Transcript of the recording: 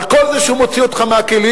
על כל זה שהוא מוציא אותך מהכלים,